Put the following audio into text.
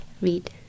read